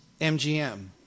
MGM